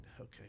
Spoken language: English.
okay